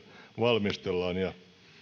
valmistellaan